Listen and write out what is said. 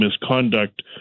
misconduct